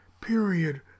period